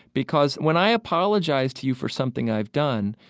because when i apologize to you for something i've done,